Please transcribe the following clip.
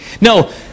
No